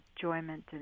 enjoyment